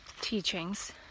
teachings